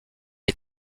est